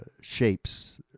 shapes